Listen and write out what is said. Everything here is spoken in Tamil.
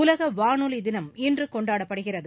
உலக வானொலி தினம் இன்று கொண்டாடப்படுகிறது